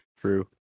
True